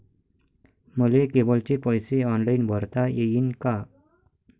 मले केबलचे पैसे ऑनलाईन भरता येईन का?